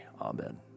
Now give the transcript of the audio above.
amen